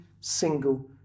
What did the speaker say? single